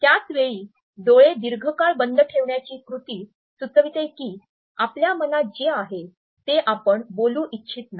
त्याच वेळी डोळे दीर्घकाळ बंद ठेवण्याची कृती सुचविते की आपल्या मनात जे आहे ते आपण बोलू इच्छित नाही